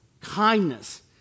kindness